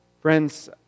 Friends